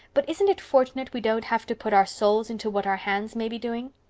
but isn't it fortunate we don't have to put our souls into what our hands may be doing?